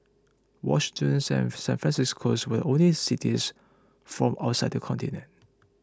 Washington San San Francisco's were the only cities from outside the continent